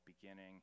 beginning